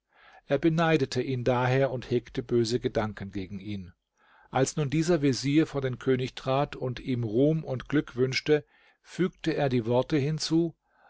er beneidete ihn daher und hegte böse gedanken gegen ihn als nun dieser vezier vor den könig trat und ihm ruhm und glück wünschte fügte er die worte hinzu